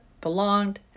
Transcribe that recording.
belonged